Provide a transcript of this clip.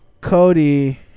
Cody